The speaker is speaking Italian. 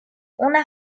una